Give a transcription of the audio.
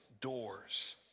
doors